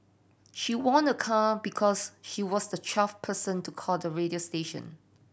she won a car because she was the twelfth person to call the radio station